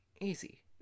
easy